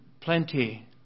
plenty